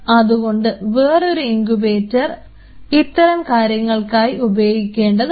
അതുകൊണ്ട് വേറൊരു ഇൻകുബേറ്റർ ഇത്തരം കാര്യങ്ങൾക്കായി ഉപയോഗിക്കേണ്ടതാണ്